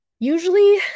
Usually